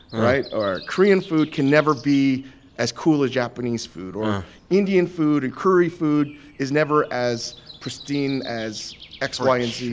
right? or korean food can never be as cool as japanese food. or indian food and curry food is never as pristine as x, y and z,